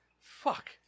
fuck